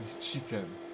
Chicken